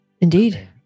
Indeed